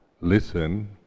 listen